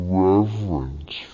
reverence